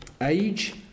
Age